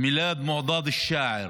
מילאר מועדאד אל-שעאר,